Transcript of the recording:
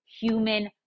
human